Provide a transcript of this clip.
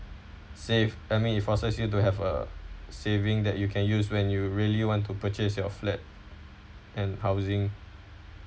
save I mean it forces you to have a saving that you can use when you really want to purchase your flat and housing